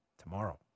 tomorrow